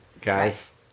guys